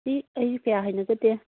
ꯑꯩꯁꯨ ꯀꯌꯥ ꯍꯩꯅꯖꯗꯦ